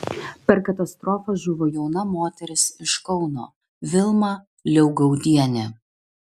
per katastrofą žuvo jauna moteris iš kauno vilma liaugaudienė